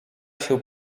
się